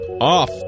off